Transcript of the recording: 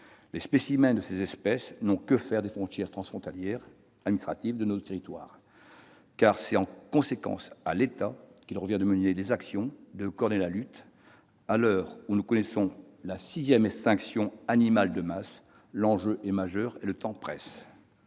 Les spécimens de ces espèces n'ont que faire des frontières administratives de notre territoire. C'est par conséquent à l'État qu'il revient de mener et de coordonner la lutte. À l'heure où nous connaissons la sixième extinction animale de masse, l'enjeu est majeur et le temps presse.